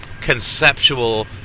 conceptual